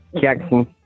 Jackson